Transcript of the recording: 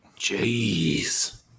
Jeez